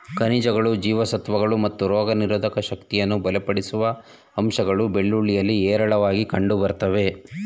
ಖನಿಜಗಳು ಜೀವಸತ್ವಗಳು ಮತ್ತು ರೋಗನಿರೋಧಕ ಶಕ್ತಿಯನ್ನು ಬಲಪಡಿಸುವ ಅಂಶಗಳು ಬೆಳ್ಳುಳ್ಳಿಯಲ್ಲಿ ಹೇರಳವಾಗಿ ಕಂಡುಬರ್ತವೆ